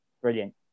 Brilliant